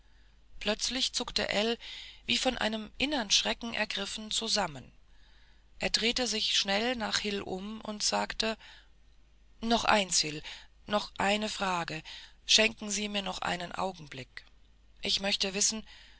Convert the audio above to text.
plötzlich zuckte ell wie von einem innern schreck ergriffen zusammen er drehte sich schnell nach hil um und sagte noch eins hil noch eine frage schenken sie mir noch einen augenblick ich möchte wissen